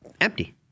Empty